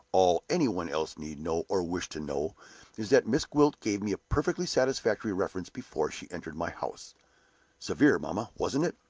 all any one else need know or wish to know is that miss gwilt gave me a perfectly satisfactory reference before she entered my house severe, mamma, wasn't it?